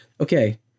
Okay